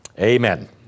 Amen